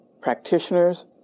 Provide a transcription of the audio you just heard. practitioners